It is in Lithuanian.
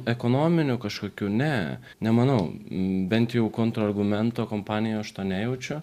ekonominių kažkokių ne nemanau bent jau kontrargumento kompanijoj aš to nejaučiu